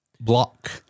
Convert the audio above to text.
block